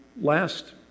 last